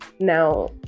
Now